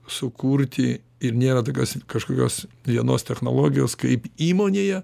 sukurti ir nėra tokios kažkokios vienos technologijos kaip įmonėje